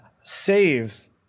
saves